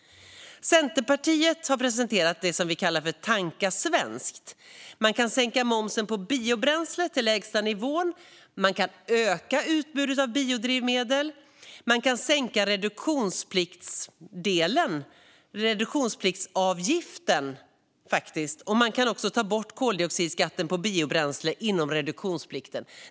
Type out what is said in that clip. Centerpartiet har presenterat det vi kallar Tanka svenskt! Man kan sänka momsen på biobränsle till den lägsta nivån. Man kan öka utbudet av biodrivmedel. Man kan sänka reduktionspliktsavgifterna. Man kan också ta bort koldioxidskatten på biobränsle inom reduktionsplikten.